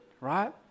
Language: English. right